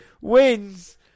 wins